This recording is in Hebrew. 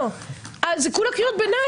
זה כולה קריאות ביניים.